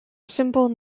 simple